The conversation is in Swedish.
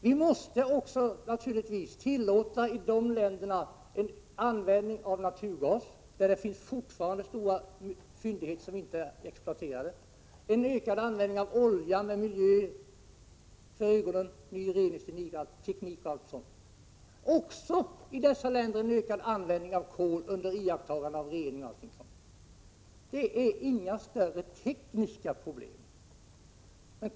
Vi måste naturligtvis också tillåta utvecklingsländerna en användning av naturgas, där det finns stora fyndigheter som fortfarande inte är exploaterade, en ökad användning av olja med miljöhänsynen för ögonen, alltså med ny reningsteknik, och en ökad användning av kol under iakttagande av de krav på bl.a. rening som miljön ställer. Det är inga större tekniska problem.